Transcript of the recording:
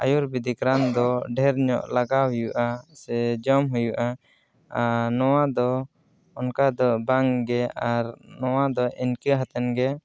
ᱟᱭᱩᱨᱵᱮᱫᱤᱠ ᱨᱟᱱ ᱫᱚ ᱰᱷᱮᱨᱧᱚᱜ ᱞᱟᱜᱟᱣ ᱦᱩᱭᱩᱜᱼᱟ ᱥᱮ ᱡᱚᱢ ᱦᱩᱭᱩᱜᱼᱟ ᱟᱨ ᱱᱚᱣᱟ ᱫᱚ ᱚᱱᱠᱟ ᱫᱚ ᱵᱟᱝᱜᱮ ᱟᱨ ᱱᱚᱣᱟᱫᱚ ᱤᱱᱠᱟᱹ ᱦᱟᱛᱮᱱᱜᱮ